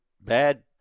Bad